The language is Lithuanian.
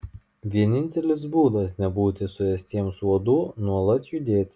vienintelis būdas nebūti suėstiems uodų nuolat judėti